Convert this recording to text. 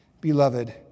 Beloved